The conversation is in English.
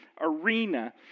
arena